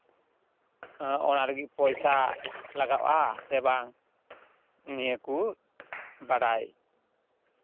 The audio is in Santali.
ᱚᱱᱟ ᱞᱟᱹᱜᱤᱫ ᱯᱚᱭᱥᱟ ᱞᱟᱜᱟᱜᱼᱟ ᱥᱮ ᱵᱟᱝ ᱱᱤᱭᱟᱹ ᱠᱚ ᱵᱟᱲᱟᱭ